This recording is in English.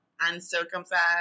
uncircumcised